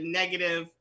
negative